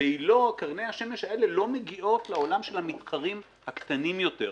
וקרני השמש האלה לא מגיעות לעולם של המתחרים הקטנים יותר.